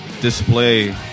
display